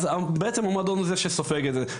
אז בעצם המועדון הוא זה שסופג את זה.